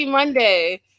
Monday